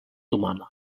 humana